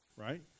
right